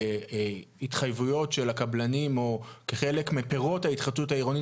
מההתחייבויות של הקבלנים או כחלק מפירות ההתחדשות העירונית